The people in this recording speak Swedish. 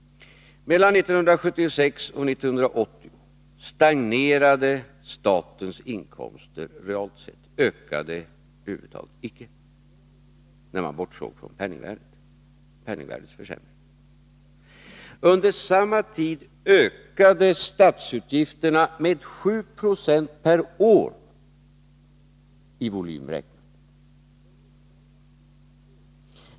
Mellan 1976 och 1980 stagnerade statens inkomster realt sett — de ökade över huvud taget icke, bortsett från penningvärdeförsämringen. Under samma tid ökade statsutgifterna volymmässigt med 7 2 per år.